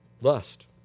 Lust